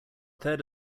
third